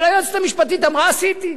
אבל היועצת המשפטית אמרה, עשיתי.